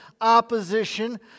opposition